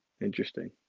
Interesting